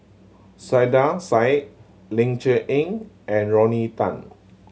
Saiedah Said Ling Cher Eng and Rodney Tan